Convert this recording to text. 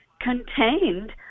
contained